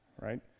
right